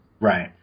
Right